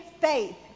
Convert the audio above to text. faith